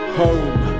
home